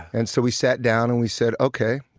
and so we sat down and we said, ok,